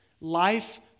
life